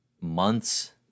months